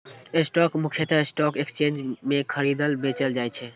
stock मुख्यतः stock exchange मे खरीदल, बेचल जाइ छै